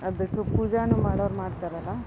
ಅದಕ್ಕೆ ಪೂಜೆಯೂ ಮಾಡೋವ್ರು ಮಾಡ್ತಾರಲ್ಲ